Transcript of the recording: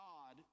God